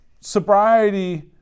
sobriety